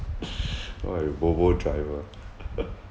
not like volvo driver